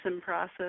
process